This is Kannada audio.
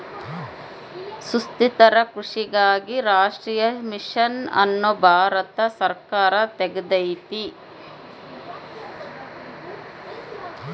ಸುಸ್ಥಿರ ಕೃಷಿಗಾಗಿ ರಾಷ್ಟ್ರೀಯ ಮಿಷನ್ ಅನ್ನು ಭಾರತ ಸರ್ಕಾರ ತೆಗ್ದೈತೀ